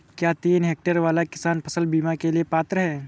क्या तीन हेक्टेयर वाला किसान फसल बीमा के लिए पात्र हैं?